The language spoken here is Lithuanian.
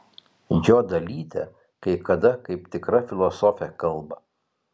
jo dalytė kai kada kaip tikra filosofė kalba